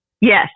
Yes